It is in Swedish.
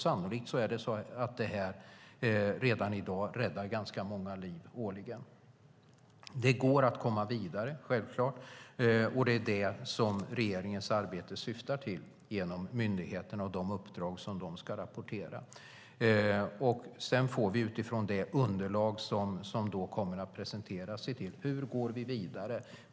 Sannolikt räddar detta redan i dag ganska många liv årligen. Det går självfallet att komma vidare, och det är det som regeringens arbete syftar till genom myndigheterna och de uppdrag som de ska rapportera. Utifrån detta får vi sedan underlag som kommer att presenteras. Då får vi se hur vi går vidare.